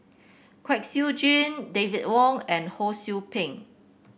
Kwek Siew Jin David Wong and Ho Sou Ping